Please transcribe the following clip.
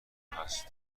هست